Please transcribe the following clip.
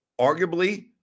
Arguably